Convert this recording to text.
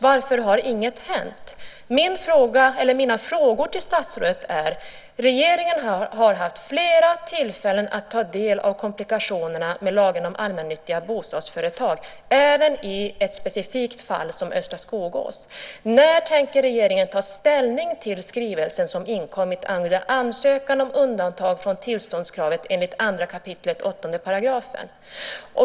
Varför har inget hänt? Mina frågor till statsrådet är: Regeringen har haft flera tillfällen att ta del av komplikationerna med lagen om allmännyttiga bostadsföretag, även i ett specifikt fall som östra Skogås, när tänker regeringen ta ställning till skrivelsen som inkommit angående ansökan om undantag från tillståndskravet enligt 2 kap. 8 §?